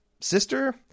sister